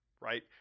Right